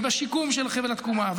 השיקום של חבל תקומה,